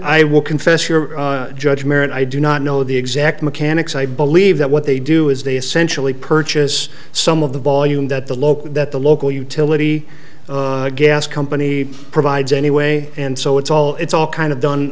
i will confess your judgment i do not know the exact mechanics i believe that what they do is they essentially purchase some of the volume that the local that the local utility gas company provides anyway and so it's all it's all kind of done